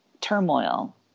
turmoil